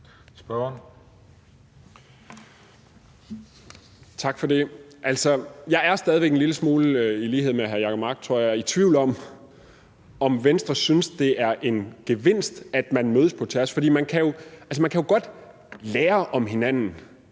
Tak for det. Jeg er stadig i lighed med hr. Jacob Mark, tror jeg, en lille smule i tvivl om, om Venstre synes, det er en gevinst, at man mødes på tværs. Man kan jo godt lære om hinanden.